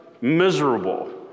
miserable